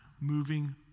moving